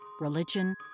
religion